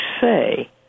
say